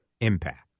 impact